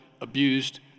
abused